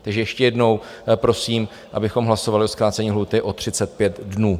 Takže ještě jednou prosím, abychom hlasovali o zkrácení lhůty o 35 dnů.